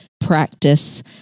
practice